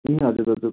ए हजुर दाजु